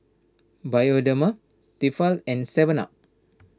Bioderma Tefal and Seven Up